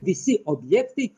visi objektai